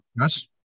Yes